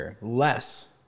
less